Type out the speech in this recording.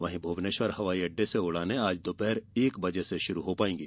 वहीं भुवनेश्वर हवाई अड्डे से उड़ाने आज दोपहर एक बजे से शुरू हो जाएंगी